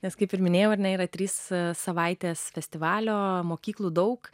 nes kaip ir minėjau ar ne yra trys savaitės festivalio mokyklų daug